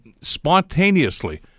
spontaneously